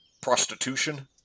Prostitution